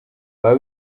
baba